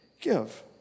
give